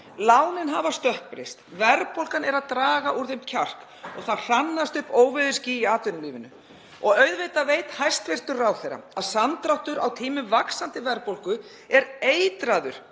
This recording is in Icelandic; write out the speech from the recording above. Lánin hafa stökkbreyst, verðbólgan er að draga úr þeim kjark, það hrannast upp óveðursský í atvinnulífinu. Auðvitað veit hæstv. ráðherra að samdráttur á tímum vaxandi verðbólgu er eitraður